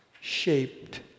shaped